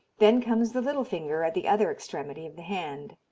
then comes the little finger, at the other extremity of the hand.